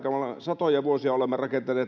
satoja vuosia olemme rakentaneet